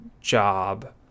job